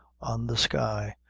on the sky,